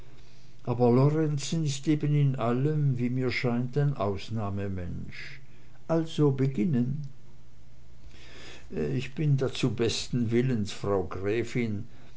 ist eben in allem wie mir scheint ein ausnahmemensch also beginnen ich bin dazu besten willens frau gräfin